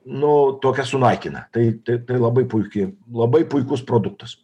nu tokias sunaikina tai tai tai labai puiki labai puikus produktas